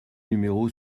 numéro